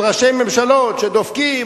של ראשי ממשלות שדופקים,